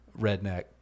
redneck